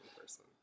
person